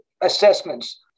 assessments